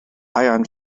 ion